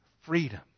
freedom